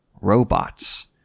robots